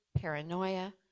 paranoia